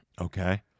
Okay